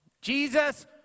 Jesus